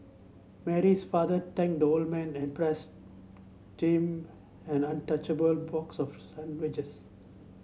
Mary's father thanked the old man and passed team an untouched a ball box of sandwiches